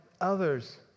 others